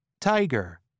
tiger